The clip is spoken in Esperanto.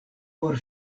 por